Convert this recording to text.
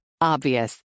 Obvious